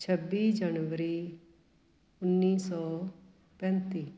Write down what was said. ਛੱਬੀ ਜਨਵਰੀ ਉੱਨੀ ਸੌ ਪੈਂਤੀ